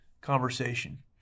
conversation